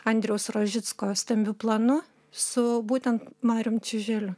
andriaus rožicko stambiu planu su būtent marium čiuželiu